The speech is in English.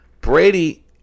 Brady